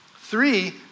Three